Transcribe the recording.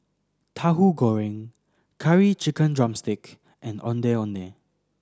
Tahu Goreng Curry Chicken drumstick and Ondeh Ondeh